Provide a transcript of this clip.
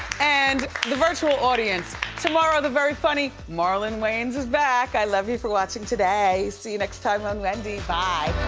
and the virtual audience. tomorrow the very funny marlon wayans is back. i love you for watching today. see you next time on wendy, bye.